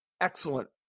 excellent